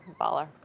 baller